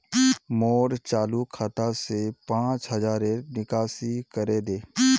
मोर चालु खाता से पांच हज़ारर निकासी करे दे